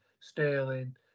Sterling